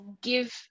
Give